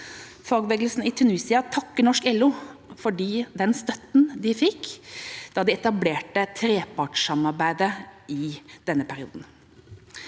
Fagbevegelsen i Tunisia takker norsk LO for støtten de fikk da de etablerte trepartssamarbeidet i denne perioden.